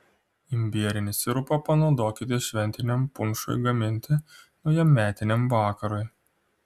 imbierinį sirupą panaudokite šventiniam punšui gaminti naujametiniam vakarui